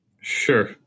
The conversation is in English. Sure